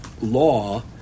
law